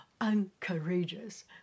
uncourageous